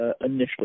initially